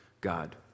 God